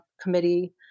committee